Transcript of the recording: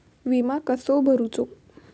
विमा कसो भरूचो?